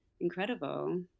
incredible